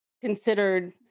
considered